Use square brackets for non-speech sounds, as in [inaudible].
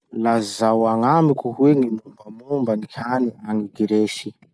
Lazao agnamiko hoe gny [noise] mombamomba gny hany agny Gresy? [noise]